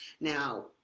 Now